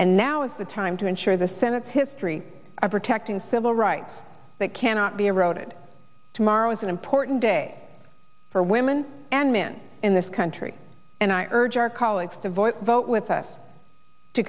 and now is the time to ensure the senate's history of protecting civil rights that cannot be eroded tomorrow is an important day for women and men in this country and i urge our colleagues to vote vote with us to